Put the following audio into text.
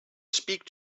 speak